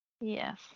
Yes